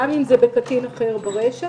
גם אם זה בקטין אחר ברשת.